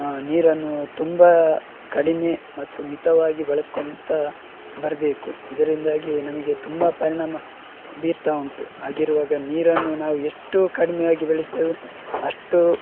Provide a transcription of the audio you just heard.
ನೀರನ್ನು ತುಂಬ ಕಡಿಮೆ ಮತ್ತು ಮಿತವಾಗಿ ಬಳಸ್ಕೊಳ್ತಾ ಬರಬೇಕು ಇದರಿಂದಾಗಿ ನಮಗೆ ತುಂಬ ಪರಿಣಾಮ ಬೀರ್ತಾ ಉಂಟು ಹಾಗಿರುವಾಗ ನೀರನ್ನು ನಾವು ಎಷ್ಟು ಕಡಿಮೆಯಾಗಿ ಬಳಸ್ತೀವೋ ಅಷ್ಟು